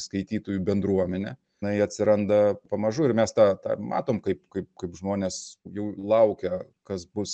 skaitytojų bendruomenę na jie atsiranda pamažu ir mes tą tą matom kaip kaip kaip žmones jau laukia kas bus